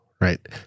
Right